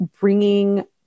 bringing